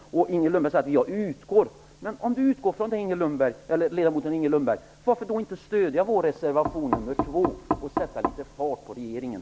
Inger Lundberg säger att hon "utgår". Men varför då inte stödja reservation 2 från Vänsterpartiet och sätta litet fart på regeringen?